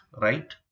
right